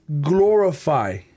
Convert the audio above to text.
glorify